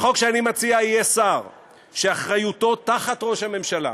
בחוק שאני מציע יהיה שר שאחריותו, תחת ראש הממשלה,